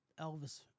Elvis